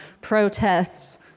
protests